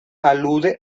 alude